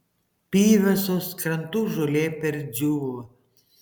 pyvesos krantų žolė perdžiūvo